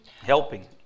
Helping